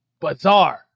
bizarre